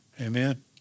Amen